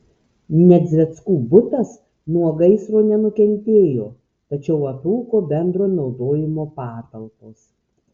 nedzveckų butas nuo gaisro nenukentėjo tačiau aprūko bendro naudojimo patalpos